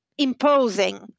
Imposing